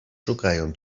szukają